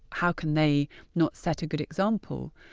how can they not set a good example?